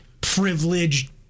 privileged